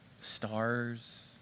stars